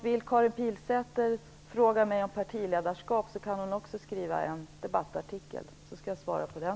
Vill Karin Pilsäter fråga mig om partiledarskap, kan också hon skriva en debattartikel, så skall jag svara på den.